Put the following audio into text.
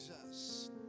Jesus